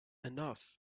enough